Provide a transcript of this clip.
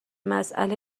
مساله